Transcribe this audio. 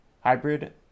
hybrid